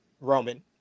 Roman